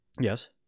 yes